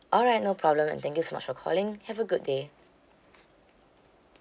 alright no problem and thank you so much for calling have a good day